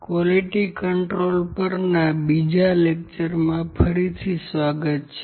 quality control પરના બીજા લેક્ચરમાં ફરિથી સ્વાગત છે